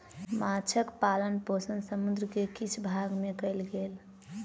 माँछक पालन पोषण समुद्र के किछ भाग में कयल गेल